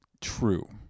True